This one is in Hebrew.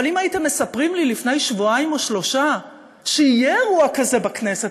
אבל אם הייתם מספרים לי לפני שבועיים או שלושה שיהיה אירוע כזה בכנסת,